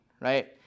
Right